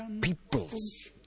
peoples